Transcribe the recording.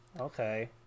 okay